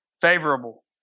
favorable